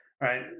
Right